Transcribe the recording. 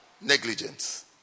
negligence